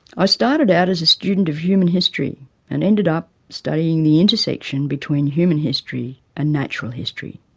i started out as a student of human history and ended up studying the intersection between human history and natural history.